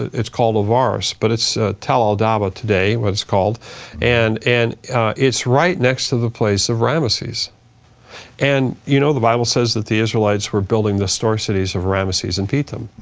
it's called lavarus, but it's a tel a dava today what it's called and and it's right next to the place of ramses and you know, the bible says that the israelites were building the store cities of ramses and pithom.